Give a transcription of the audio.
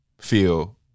feel